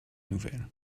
nouvelles